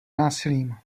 násilím